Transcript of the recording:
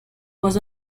was